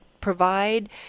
provide